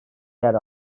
yer